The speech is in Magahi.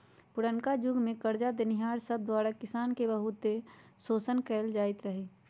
पुरनका जुग में करजा देनिहार सब द्वारा किसान के बहुते शोषण कएल जाइत रहै